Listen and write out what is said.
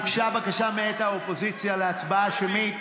הוגשה בקשה מאת האופוזיציה להצבעה שמית.